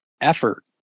effort